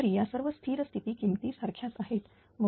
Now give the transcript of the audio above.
तरी या सर्व स्थिर स्थिती किमती सारख्याच आहेत